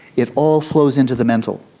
it all flows into the mental.